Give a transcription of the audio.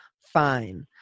Fine